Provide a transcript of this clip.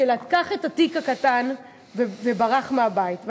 שלקח את התיק הקטן וברח מהבית.